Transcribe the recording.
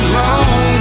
long